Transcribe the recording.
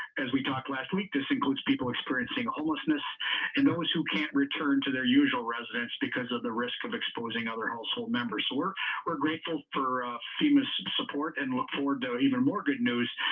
as we talked last week, this includes people experiencing homelessness and those who can't return to their usual residences because of the risk of exposing other household members. we're we're grateful for fema so support and look forward to even more good news.